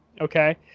okay